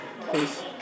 Please